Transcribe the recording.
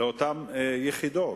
לאותן יחידות,